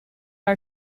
are